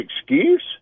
excuse